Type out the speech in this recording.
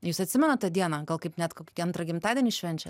jūs atsimenat tą dieną gal kaip net kokį antrą gimtadienį švenčiat